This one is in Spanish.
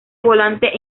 volante